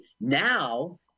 now